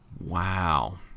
Wow